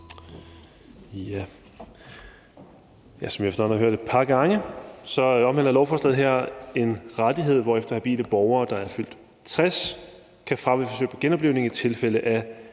Som vi efterhånden har hørt et par gange, omhandler lovforslaget en rettighed, hvorefter habile borgere, der er fyldt 60 år, kan frabede sig forsøg på genoplivning i tilfælde af